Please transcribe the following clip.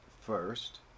first